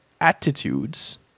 attitudes